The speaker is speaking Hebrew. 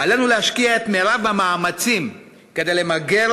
עלינו להשקיע את מרב המאמצים כדי למגר